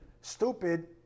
Stupid